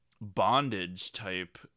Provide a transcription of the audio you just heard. bondage-type